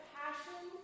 passion